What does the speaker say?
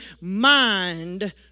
mind